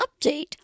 update